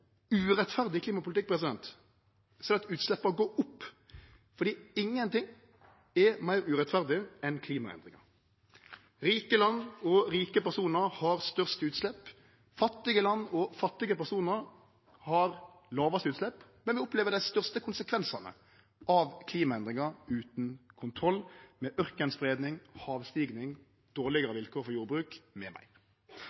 urettferdig klimapolitikk, så er det at utsleppa går opp, for ingenting er meir urettferdig enn klimaendringar. Rike land og rike personar har størst utslepp. Fattige land og fattige personar har lågast utslepp, men opplever dei største konsekvensane av klimaendringar utan kontroll – med ørkenspreiing, havstiging, dårlegare